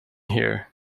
here